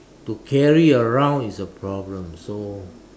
to carry around is a problem so